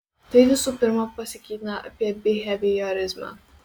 tai visų pirma pasakytina apie biheviorizmą